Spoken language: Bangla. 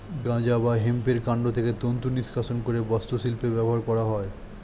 গাঁজা বা হেম্পের কান্ড থেকে তন্তু নিষ্কাশণ করে বস্ত্রশিল্পে ব্যবহার করা হয়